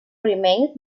remained